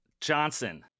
johnson